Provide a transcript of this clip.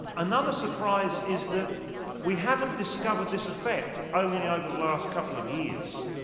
another surprise is that we haven't discovered this effect only over the last couple of years.